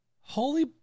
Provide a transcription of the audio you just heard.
Holy